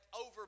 over